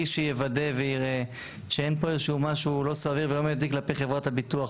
שיוודא שאין פה איזה שהוא משהו לא סביר ולא מזיק כלפי חברת הביטוח.